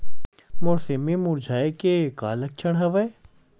मोर सेमी मुरझाये के का लक्षण हवय?